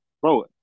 bro